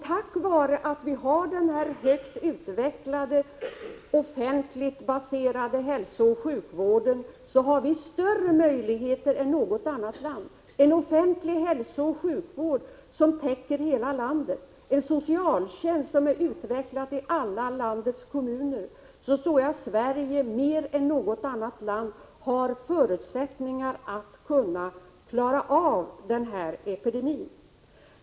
Tack vare att vi har en högt utvecklad offentlig hälsooch sjukvård som täcker hela landet, en socialtjänst som är utvecklad i landets alla kommuner, tror jag att Sverige mer än något annat land har förutsättningar att klara av den här epidemin.